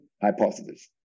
hypothesis